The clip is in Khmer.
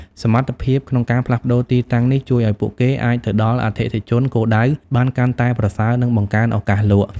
សមត្ថភាពក្នុងការផ្លាស់ប្តូរទីតាំងនេះ ជួយឲ្យពួកគេអាចទៅដល់អតិថិជនគោលដៅបានកាន់តែប្រសើរ និងបង្កើនឱកាសលក់។